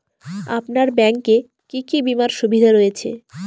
আপনার ব্যাংকে কি কি বিমার সুবিধা রয়েছে?